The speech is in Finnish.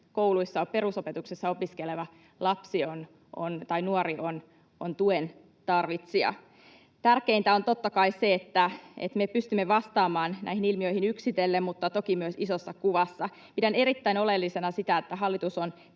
kouluissa perusopetuksessa opiskeleva lapsi tai nuori on tuen tarvitsija. Tärkeintä on totta kai se, että me pystymme vastaamaan näihin ilmiöihin yksitellen mutta toki myös isossa kuvassa. Pidän erittäin oleellisena sitä, että hallitus on